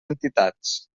entitats